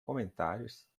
comentários